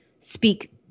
Speak